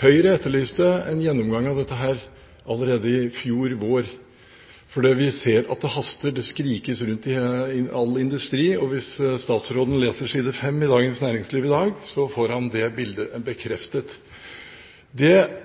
Høyre etterlyste en gjennomgang av dette allerede i fjor vår. For vi ser at det haster, det skrikes i industrien. Hvis statsråden leser side 5 i Dagens Næringsliv i dag, får han det bildet bekreftet. Forslag er sendt ut på høring, sier regjeringen, men det